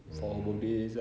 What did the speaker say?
mm